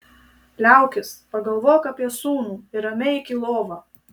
liaukis pagalvok apie sūnų ir ramiai eik į lovą